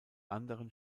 anderen